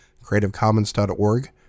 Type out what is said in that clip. creativecommons.org